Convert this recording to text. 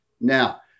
Now